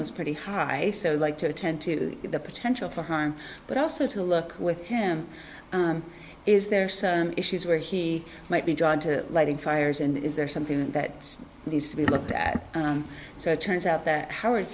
was pretty high like to attend to the potential for harm but also to look with him is there some issues where he might be drawn to lighting fires and is there something that needs to be looked at so it turns out that howard